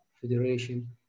Federation